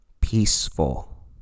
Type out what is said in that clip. peaceful